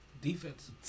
Defense